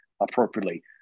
appropriately